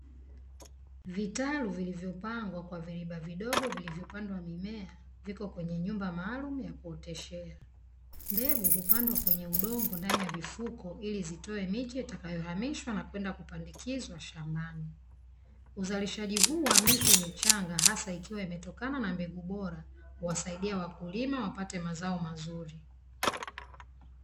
Vitalu vilivyopangwa kwa viliba vidogo vilivyopandwa mimea viko kwenye nyumba maalumu ya kuoteshea, mbegu hupandwa kwenye vifuko ili vitoe miche na kuhamishwa kwenda kupandikizwa shambani. Uzalishaji huu wa miche michanga hasa ikiwa imetokana na mbegu bora huwasaidia wakulima wapate mazao mazuri.